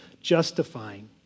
justifying